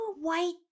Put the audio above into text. white